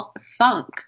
funk